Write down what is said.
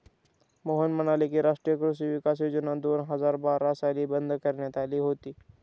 मोहन म्हणाले की, राष्ट्रीय कृषी विकास योजना दोन हजार बारा साली बंद करण्यात आली होती